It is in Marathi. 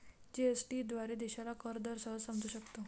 जी.एस.टी याद्वारे देशाला कर दर सहज समजू शकतो